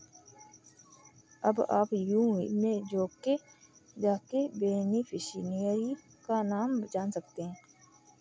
अब आप व्यू में जाके बेनिफिशियरी का नाम जान सकते है